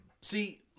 See